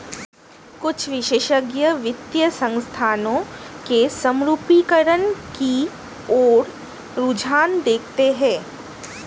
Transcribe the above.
कुछ विशेषज्ञ वित्तीय संस्थानों के समरूपीकरण की ओर रुझान देखते हैं